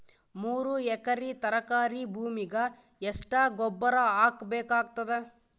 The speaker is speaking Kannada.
ಮೂರು ಎಕರಿ ತರಕಾರಿ ಭೂಮಿಗ ಎಷ್ಟ ಗೊಬ್ಬರ ಹಾಕ್ ಬೇಕಾಗತದ?